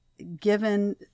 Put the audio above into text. given